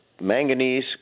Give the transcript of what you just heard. manganese